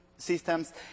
Systems